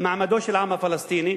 מעמדו של העם הפלסטיני,